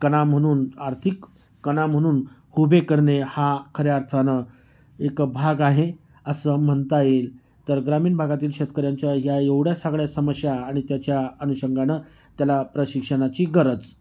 कणा म्हणून आर्थिक कणा म्हणून उभे करणे हा खऱ्या अर्थानं एक भाग आहे असं म्हणता येईल तर ग्रामीण भागातील शेतकऱ्यांच्या या एवढया सगळ्या समस्या आणि त्याच्या अनुषंगानं त्याला प्रशिक्षणाची गरज